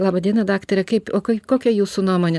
laba diena daktare kaip o kai kokia jūsų nuomonė